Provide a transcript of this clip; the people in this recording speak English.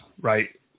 right